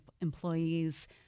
employees